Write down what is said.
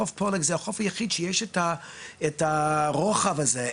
חוף פולג זה החוף היחיד שיש את הרוחב הזה,